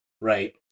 right